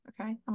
okay